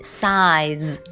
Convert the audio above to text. size